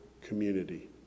community